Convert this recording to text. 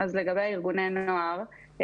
לגבי ארגוני נוער,